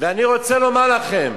ואני רוצה לומר לכם,